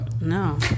No